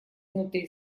внутри